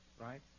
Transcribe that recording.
right